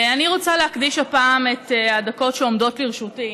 אני רוצה להקדיש הפעם את הדקות שעומדות לרשותי